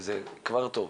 וזה כבר טוב.